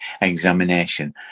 examination